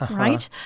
right?